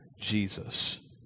Jesus